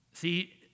See